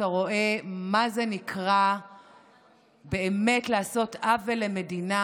אתה רואה מה זה נקרא באמת לעשות עוול למדינה.